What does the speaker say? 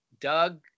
Doug